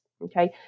Okay